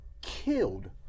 killed